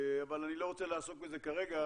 אבל אני לא רוצה לעסוק בזה כרגע,